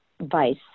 vice